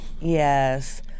Yes